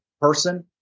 person